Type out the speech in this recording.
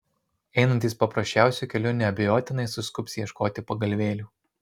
einantys paprasčiausiu keliu neabejotinai suskubs ieškoti pagalvėlių